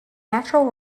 natural